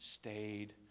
stayed